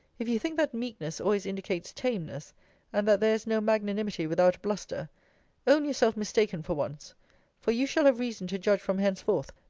if you think that meekness always indicates tameness and that there is no magnanimity without bluster own yourself mistaken for once for you shall have reason to judge from henceforth,